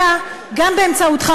אלא גם באמצעותך,